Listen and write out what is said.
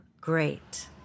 great